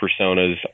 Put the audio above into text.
personas